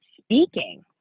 speaking